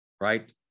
right